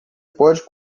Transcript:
pode